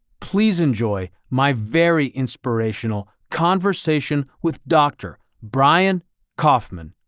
please enjoy my very inspirational conversation with dr. brian koffman.